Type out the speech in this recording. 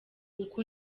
uko